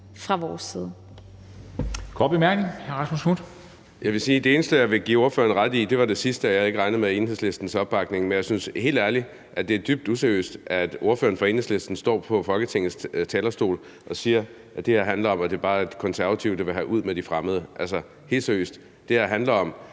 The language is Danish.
fra vores side.